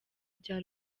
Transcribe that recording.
bya